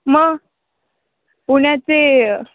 मग पुण्याचे